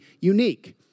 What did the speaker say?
unique